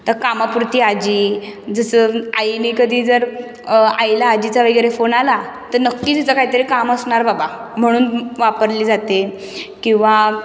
तर कामापुरती आजी जसं आईने कधी जर आईला आजीचा वगैरे फोन आला तर नक्की तिचं काहीतरी काम असणार बाबा म्हणून वापरली जाते किंवा